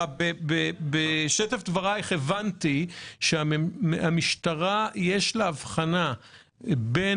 בשטף דברייך הבנתי שהמשטרה יש לה אבחנה בין